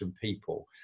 people